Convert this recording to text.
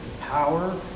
power